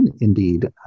indeed